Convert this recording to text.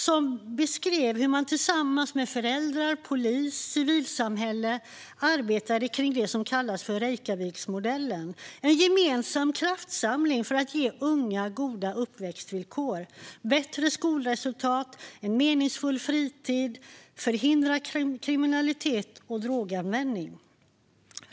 De beskrev hur de tillsammans med föräldrar, polis och civilsamhälle arbetar kring det som kallas Reykjaviksmodellen, en gemensam kraftsamling för att ge unga goda uppväxtvillkor, bättre skolresultat och en meningsfull fritid och för att förhindra kriminalitet och droganvändning.